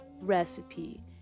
recipe